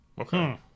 Okay